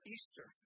Easter